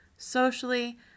socially